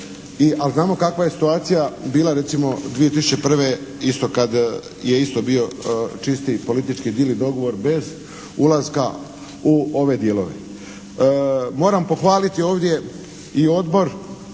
znamo kakva je situacija bila recimo 2001. isto kad je isto bio čisti politički deal i dogovor bez ulaska u ove dijelove. Moram pohvaliti ovdje i odbor,